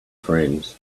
friends